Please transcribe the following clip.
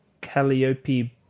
Calliope